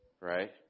right